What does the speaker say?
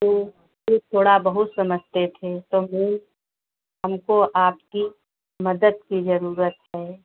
तो ऊ थोड़ा बहुत समझते थे तो वो हमको आपकी मदद की जरूरत है